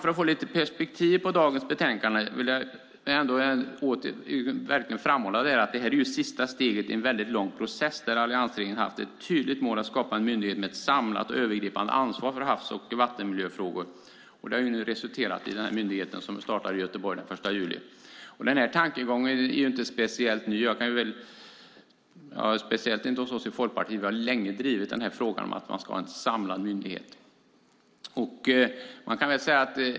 För att få lite perspektiv på dagens betänkande vill jag framhålla att det är sista steget i en väldigt lång process där alliansregeringen har haft ett tydligt mål att skapa en myndighet med ett samlat ansvar för havs och vattenmiljöfrågor. Det har nu resulterat i den myndighet som startar i Göteborg. Tankegången är inte speciellt ny och särskilt inte hos oss i Folkpartiet. Vi har länge drivit att man ska ha en samlad myndighet.